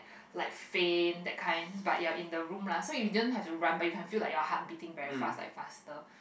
like faint that kinds but you are in the room lah so you didn't have to run but you can feel like your heart beating very fast like faster